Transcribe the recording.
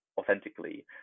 authentically